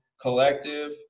collective